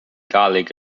garlic